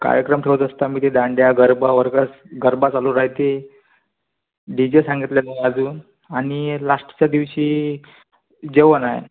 कार्यक्रम ठेवत असतो आम्ही ते दांडया गरबा वर्बा गरबा चालू राहते डीजे सांगितलेत मी अजून आणि लास्टच्या दिवशी जेवणए